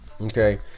Okay